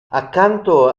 accanto